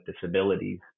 disabilities